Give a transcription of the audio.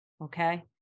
Okay